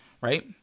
right